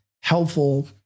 helpful